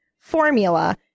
formula